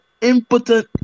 Impotent